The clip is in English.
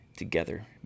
together